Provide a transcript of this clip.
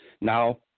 Now